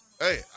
Hey